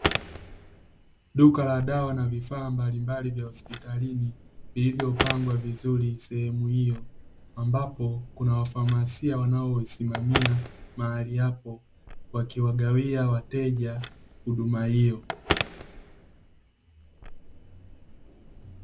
Duka la dawa na vifaa mbalimbali vya hospitalini, vilivyopangwa vizuri sehemu hiyo, ambapo kuna wafamasia wanaosimamia mahali hapo, wakiwagawia wateja huduma hiyo.